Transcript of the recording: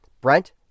Brent